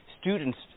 students